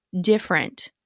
different